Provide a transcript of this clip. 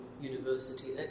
university